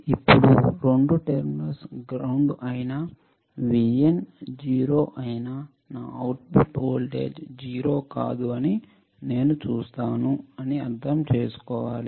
ఇప్పుడు రెండు terminals ground అయినా Vin 0 అయినా నా అవుట్పుట్ వోల్టేజ్ 0 కాదని నేను చూస్తాను అని అర్థం చేసుకోవాలి